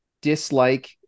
dislike